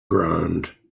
ground